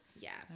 Yes